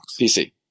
PC